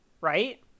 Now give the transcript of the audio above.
right